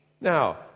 Now